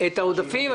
את העודפים.